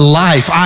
life